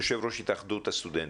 יושב-ראש התאחדות הסטודנטים,